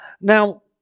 Now